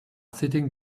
sitting